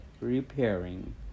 repairing